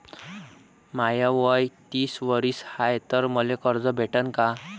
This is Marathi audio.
माय वय तीस वरीस हाय तर मले कर्ज भेटन का?